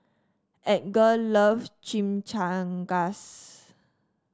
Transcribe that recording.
Edgar loves Chimichangas